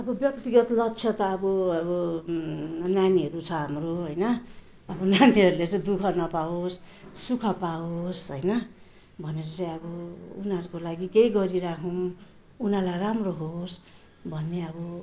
अब व्यक्त्तिगत लक्ष्य त अब अब नानीहरू छ हाम्रो होइन अब नानीहरूले चाहिँ दुःख नपावोस् सुख पावोस् होइन भनेर चाहिँ अब उनीहरूको लागि केही गरिराखौँ उनीहरूलाई राम्रो होस् भन्ने अब